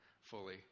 fully